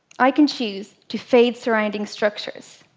i can choose to fade surrounding structures.